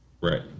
Right